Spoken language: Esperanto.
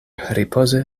ripozi